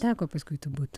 teko paskui turbūt